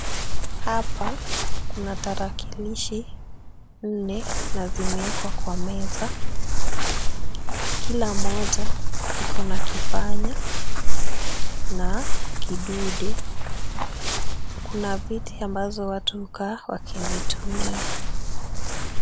Hapa kuna tarakilishi nne na zimekwa kwa meza. Kila moja ikona kipanya na kidude. Kuna kiti ambazo watu hukaa wakizitumia.